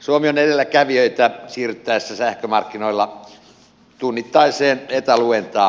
suomi on edelläkävijöitä siirryttäessä sähkömarkkinoilla tunnittaiseen etäluentaan